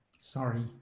Sorry